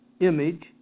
image